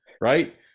right